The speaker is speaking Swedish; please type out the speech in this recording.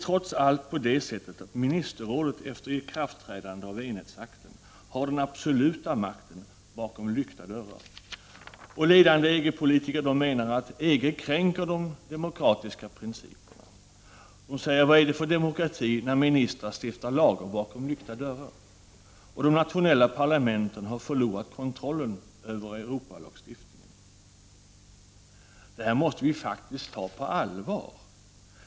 Ministerrådet har, efter ikraftträdandet av enhetsakten, trots allt den absoluta makten bakom lyckta dörrar. Ledande EG-politiker menar att EG kränker de demokratiska principerna. De frågar: Vad är det för demokrati när ministrar stiftar lagar bakom lyckta dörrar? De säger att de nationella parlamenten har förlorat kontrollen över Europalagstiftningen. Detta måste vi faktiskt ta på allvar.